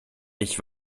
ich